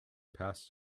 past